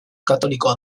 katolikoa